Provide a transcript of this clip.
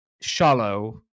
shallow